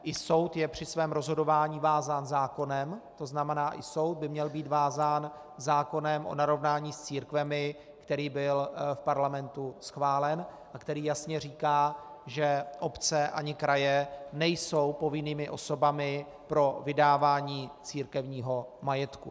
I soud je při svém rozhodování vázán zákonem, to znamená, i soud by měl být vázán zákonem o narovnání s církvemi, který byl v parlamentu schválen a který jasně říká, že obce ani kraje nejsou povinnými osobami pro vydávání církevního majetku.